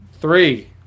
Three